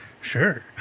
sure